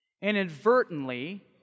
inadvertently